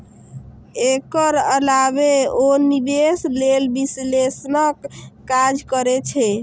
एकर अलावे ओ निवेश लेल विश्लेषणक काज करै छै